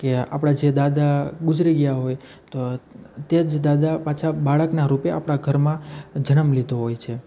કે આપણા જે દાદા ગુજરી ગયાં હોય તો તેજ દાદા પાછા બાળકના રૂપે આપણા ઘરમાં જનમ લીધો હોય છે